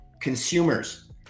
consumers